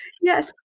Yes